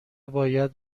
باید